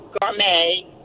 gourmet